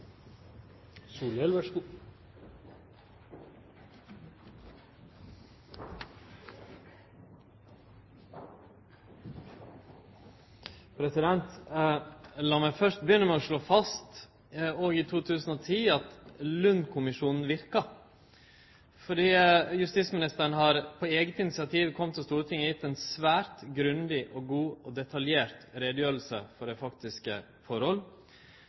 meg først begynne med å slå fast at òg i 2010 verkar Lund-kommisjonen, fordi justisministeren på eige initiativ har kome til Stortinget og gjeve ei svært grundig og god og detaljert utgreiing for dei faktiske